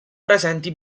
presenti